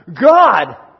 God